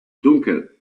dunkel